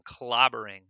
clobbering